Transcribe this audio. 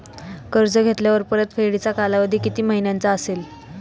कर्ज घेतल्यावर परतफेडीचा कालावधी किती महिन्यांचा असेल?